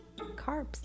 carbs